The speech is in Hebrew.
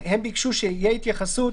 הם ביקשו שתהיה התייחסות,